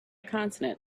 consonant